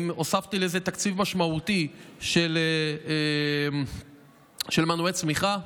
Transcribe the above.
הוספתי לזה תקציב משמעותי של מנועי צמיחה,